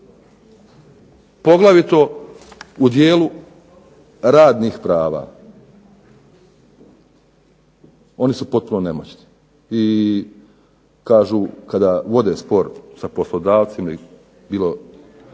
poglavito u dijelu radnih prava. Oni su potpuno nemoćni i kažu kada vode spor sa poslodavcima i bilo